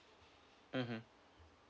mmhmm